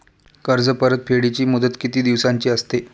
कर्ज परतफेडीची मुदत किती दिवसांची असते?